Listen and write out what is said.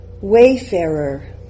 wayfarer